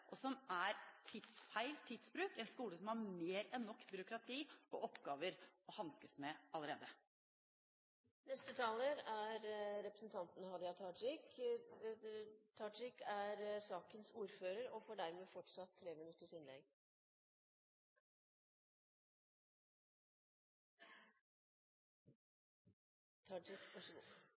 og som er feil tidsbruk i en skole som har mer enn nok byråkrati og oppgaver å hanskes med allerede. Neste taler er representanten Hadia Tajik. Hadia Tajik er ordfører for saken og har dermed fortsatt